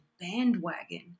bandwagon